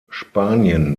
spanien